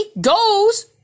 goes